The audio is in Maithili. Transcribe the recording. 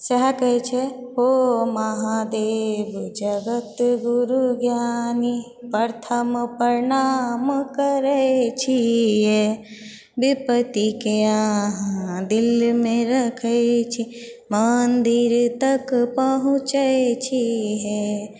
सएह कहे छै ओ महादेव जगत गुरु ज्ञानी प्रथम प्रणाम करै छी हे विपतिके आहाँ दिलमे रखै छी मन्दिर तक पहुँचै छी हे